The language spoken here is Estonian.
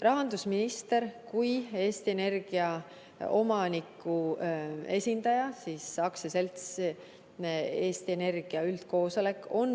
Rahandusminister kui Eesti Energia omaniku esindaja, AS-i Eesti Energia üldkoosolek, on